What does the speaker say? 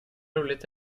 roligt